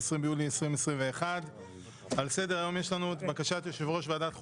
20 ביולי 2021. על סדר היום בקשת יושב-ראש ועדת החוקה,